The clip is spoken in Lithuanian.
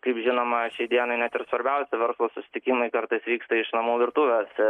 kaip žinoma šiai dienai net ir svarbiausi verslo susitikimai kartais vyksta iš namų virtuvės